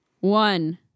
One